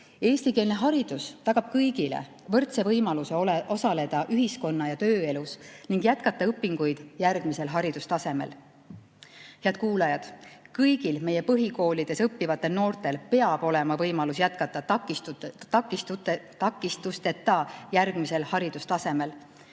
Eestikeelne haridus tagab kõigile võrdse võimaluse osaleda ühiskonna‑ ja tööelus ning jätkata õpinguid järgmisel haridustasemel. Head kuulajad! Kõigil meie põhikoolides õppivatel noortel peab olema võimalus jätkata takistusteta järgmisel haridustasemel.